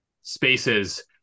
spaces